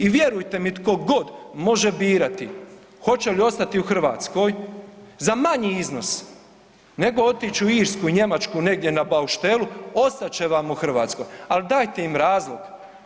I vjerujte mi tko god može birati hoće li ostati u Hrvatskoj za manji iznos nego otići u Irsku, Njemačku negdje na bauštelu ostat će vam u Hrvatskoj, ali dajte im razlog.